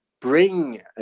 bring